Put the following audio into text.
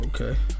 Okay